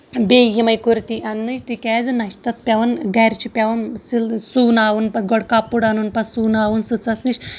بیٚیہِ یِمے کُرتی اَننٕچ تِکیازِ نہ چھُ تَتھ پیٚوان گرِ چھُ پیٚوان سِل سوناوُن پتہٕ گۄڈٕ کَپُر اَنُن پَتہٕ سُوناوُن سٕژَس نِش